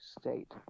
state